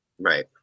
Right